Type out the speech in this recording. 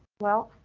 well,